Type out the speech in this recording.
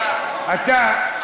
אתה,